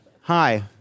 Hi